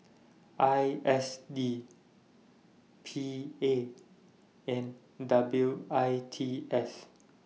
I S D P A and W I T S